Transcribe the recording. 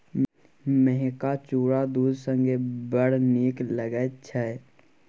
मेहका चुरा दूध संगे बड़ नीक लगैत छै